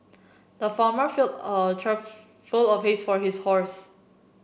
the farmer filled a trough full of Hays for his horse